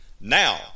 Now